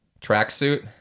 tracksuit